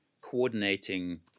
coordinating